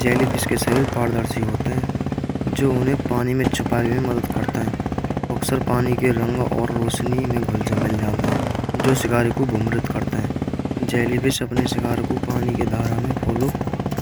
जेलीफिश के शरीर पारदर्शी होते हैं। जो उन्हें पानी में छुपाए मदद करता है। वो अकसर पानी के रंग और रोशनी में घुल मिल जाते हैं। जो शिकारी को भ्रमित करते हैं।